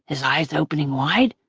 his eyes opening wide.